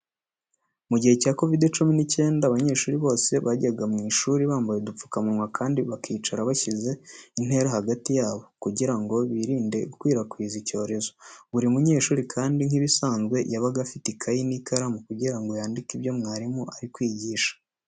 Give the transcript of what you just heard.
Mu gihe cya kovidi cumi n'icyenda, abanyeshuri bose bajyaga mu ishuri bambaye agapfukamunwa kandi bakicara bashyize intera hagati yabo, kugira ngo birinde gukwirakwiza icyorezo, buri mu nyeshuri kandi nk'ibisanzwe yabaga afite ikayi n'ikiramu kugira ngo yandike ibyo mwarimu ari kwigisha.